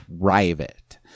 private